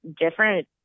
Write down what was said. different